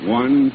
one